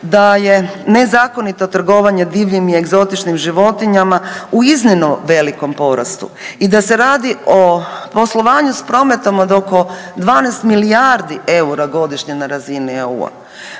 da je nezakonito trgovanje divljim i egzotičnim životinjama u iznimno velikom porastu i da se radi o poslovanju s prometom od oko 12 milijardi eura godišnje na razini EU.